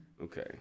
Okay